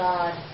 God